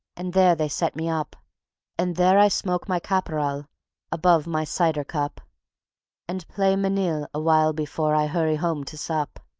and there they set me up and there i smoke my caporal above my cider cup and play manille a while before i hurry home to sup.